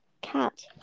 cat